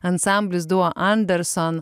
ansamblis duo anderson